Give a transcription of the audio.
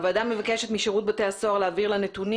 הוועדה מבקשת משירות בתי הסוהר להעביר לה נתונים